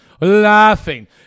Laughing